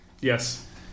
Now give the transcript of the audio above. Yes